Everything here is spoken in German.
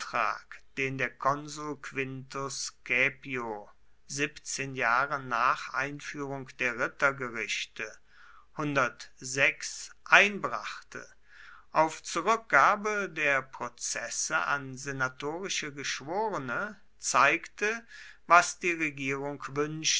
den der konsul quintus caepio siebzehn jahre nach einführung der rittergerichte einbrachte auf zurückgabe der prozesse an senatorische geschworene zeigte was die regierung